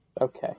Okay